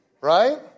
right